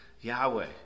Yahweh